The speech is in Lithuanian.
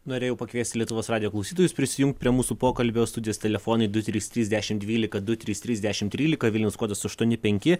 norėjau pakviesti lietuvos radijo klausytojus prisijungt prie mūsų pokalbio studijos telefonai du trys trys dešim dvylika du trys trys dešim trylika vilnius kodas aštuoni penki